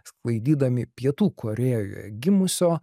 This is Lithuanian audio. sklaidydami pietų korėjoje gimusio